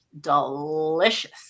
delicious